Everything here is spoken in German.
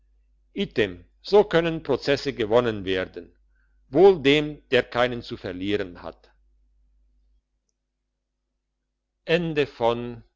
so können prozesse gewonnen werden wohl dem der keinen zu verlieren hat